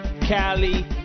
Cali